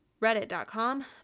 reddit.com